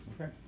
Okay